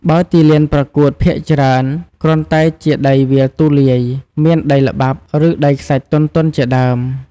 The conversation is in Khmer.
បើទីលានប្រកួតភាគច្រើន គ្រាន់តែជាដីវាលទូលាយ មានដីល្បាប់ ឬដីខ្សាច់ទន់ៗជាដើម។